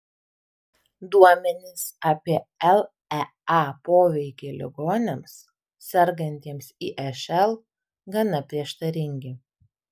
duomenys apie lea poveikį ligoniams sergantiems išl gana prieštaringi